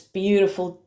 beautiful